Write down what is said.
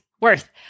worth